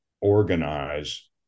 organize